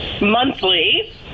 monthly